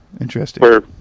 Interesting